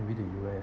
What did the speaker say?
probably the U_S